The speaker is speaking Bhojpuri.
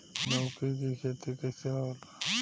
लौकी के खेती कइसे होला?